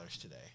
today